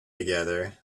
together